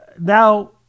Now